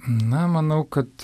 na manau kad